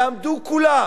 יעמדו כולם